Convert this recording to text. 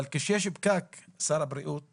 אבל כשיש פקק, שר הבריאות הקודם,